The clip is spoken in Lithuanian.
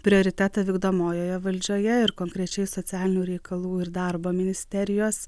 prioritetą vykdomojoje valdžioje ir konkrečiai socialinių reikalų ir darbo ministerijos